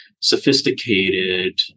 sophisticated